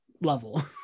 level